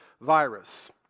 virus